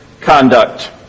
Conduct